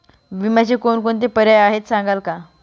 विम्याचे कोणकोणते पर्याय आहेत सांगाल का?